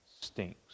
stinks